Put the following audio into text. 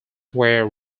were